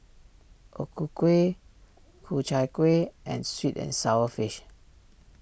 O Ku Kueh Ku Chai Kueh and Sweet and Sour Fish